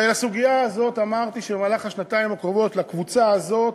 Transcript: ובסוגיה הזאת אמרתי שבמהלך השנתיים הקרובות הקבוצה הזאת,